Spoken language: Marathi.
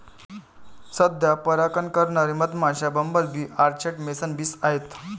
सध्या परागकण करणारे मधमाश्या, bumble bee, orchard mason bees आहेत